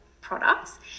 products